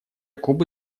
кубы